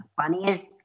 funniest